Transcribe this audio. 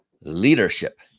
leadership